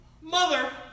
Mother